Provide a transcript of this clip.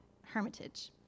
hermitage